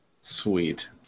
Sweet